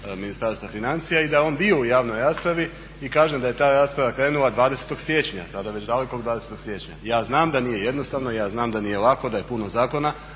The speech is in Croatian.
Ministarstva financija i da je on bio u javnoj raspravi. I kažem da je ta rasprava krenula 20. siječnja, sada već dalekog 20. siječnja. I ja znam da nije jednostavno i ja znam da nije lako, da je puno zakona,